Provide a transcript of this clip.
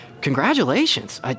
Congratulations